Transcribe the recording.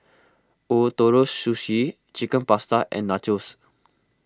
Ootoro Sushi Chicken Pasta and Nachos